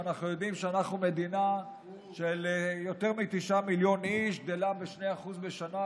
ואנחנו יודעים שאנחנו מדינה של יותר מתשעה מיליון איש שגדלה ב-2% בשנה,